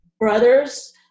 Brothers